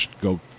go